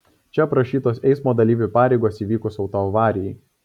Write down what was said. čia aprašytos eismo dalyvių pareigos įvykus autoavarijai